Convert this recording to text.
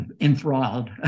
enthralled